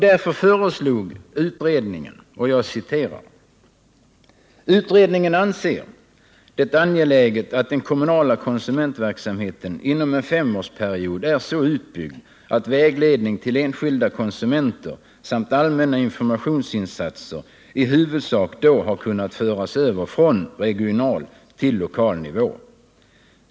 Därför skrev utredningen: ”Utredningen anser det angeläget att den kommunala konsumentverksamheten inom en femårsperiod är så utbyggd att vägledningen till enskilda konsumenter samt allmänna informationsinsatser i huvudsak då har kunnat föras över från regional till lokal nivå.